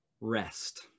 rest